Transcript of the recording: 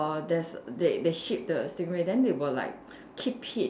err there's they they ship the stingray then they will like keep it